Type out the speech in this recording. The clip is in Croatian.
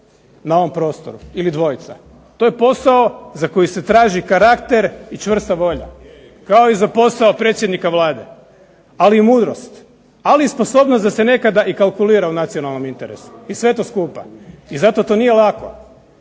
na ovom prostoru ili dvojica. To je posao za koji se traži karakter i čvrsta volja. Kao i za posao predsjednika Vlade, ali i mudrost. Ali i sposobnost da se nekada i kalkulira u nacionalnom interesu i sve to skupa. I zato to nije lako.